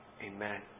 Amen